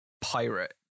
pirate